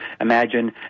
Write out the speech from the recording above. imagine